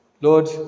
Lord